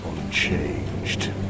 unchanged